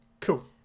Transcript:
Cool